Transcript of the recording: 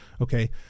Okay